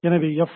எனவே எஃப்